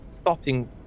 stopping